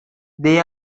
they